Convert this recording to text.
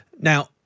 now